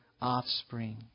offspring